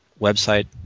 website